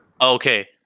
Okay